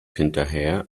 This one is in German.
hinterher